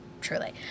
truly